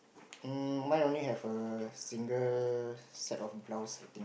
um mine only have a single set of blouse I think